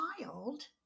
child